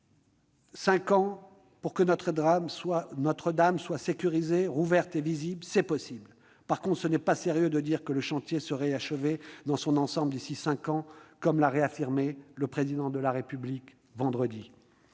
cinq ans pour que Notre-Dame soit sécurisée, rouverte et pour qu'on puisse la visiter, c'est possible. En revanche, il n'est pas sérieux de dire que le chantier serait achevé dans son ensemble d'ici à cinq ans, comme l'a réaffirmé le Président de la République vendredi.